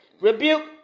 Rebuke